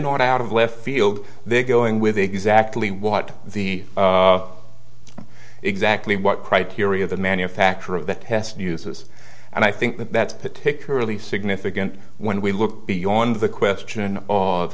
not out of left field they're going with exactly what the exactly what criteria the manufacturer of the test uses and i think that that's particularly significant when we look beyond the question o